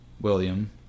william